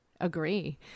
agree